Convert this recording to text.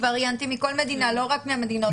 וריאנטים מכל מדינה, לא רק מהמדינות האלה.